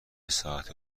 ساعتی